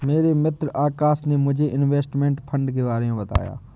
मेरे मित्र आकाश ने मुझे इनवेस्टमेंट फंड के बारे मे बताया